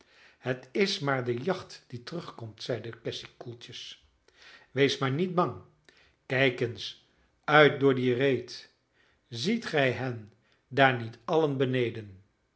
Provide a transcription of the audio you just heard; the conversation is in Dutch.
het is maar de jacht die terugkomt zeide cassy koeltjes wees maar niet bang kijk eens uit door die reet ziet gij hen daar niet allen beneden